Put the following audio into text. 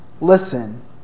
Listen